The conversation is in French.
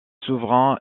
souverain